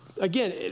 Again